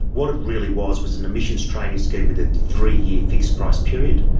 what it really was was an emissions trading scheme with a three-year fixed price period,